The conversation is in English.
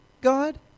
God